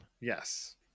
Yes